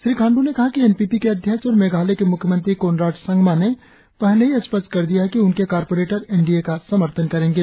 श्री खांड् ने कहा कि एन पी पी के अध्यक्ष और मेघालय के म्ख्यमंत्री कोनराड संगमा ने पहले ही स्पष्ट कर दिया है कि उनके कॉर्पोरेटर एन डी ए का समर्थन करेंगे